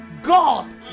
God